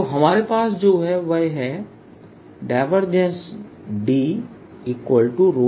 तो हमारे पास जो है वह है Dfree